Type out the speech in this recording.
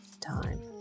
time